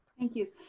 thank you.